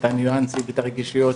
את הניואנסים ואת הרגישויות,